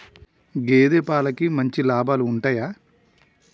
గేదే పాలకి మంచి లాభాలు ఉంటయా?